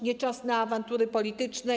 Nie czas na awantury polityczne.